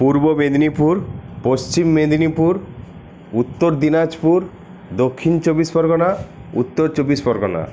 Purba Medinipur Paschim Medinipur Uttar Dinajpur Dakshin Chabbish Pargana Uttar Chabbish Pargana